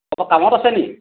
অ' কামত আছে নি